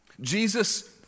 Jesus